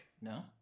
No